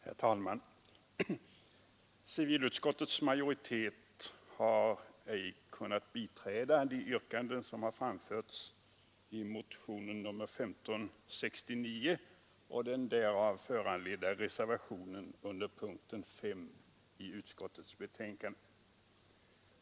Herr talman! Civilutskottets majoritet har inte kunnat biträda de yrkanden som framställs i motionen 1569 och den därav föranledda reservationen under punkten 5 i civilutskottets förevarande betänkande.